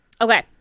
Okay